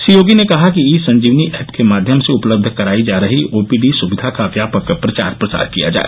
श्री योगी ने कहा कि ई संजीवनी ऐप के माध्यम से उपलब्ध करायी जा रही ओपीडी सुविधा का व्यापक प्रसार प्रसार किया जाय